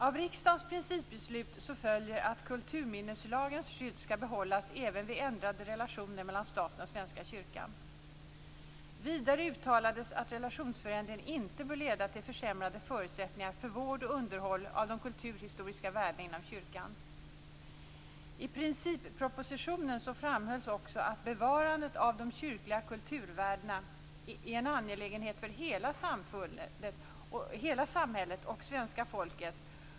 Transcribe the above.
Av riksdagens principbeslut följer att kulturminneslagens skydd skall behållas även vid ändrade relationer mellan staten och Svenska kyrkan. Vidare uttalades att relationsförändringen inte bör leda till försämrade förutsättningar för vård och underhåll av de kulturhistoriska värdena inom kyrkan. I princippropositionen framhölls också att bevarandet av de kyrkliga kulturvärdena är en angelägenhet för hela samhället och för svenska folket.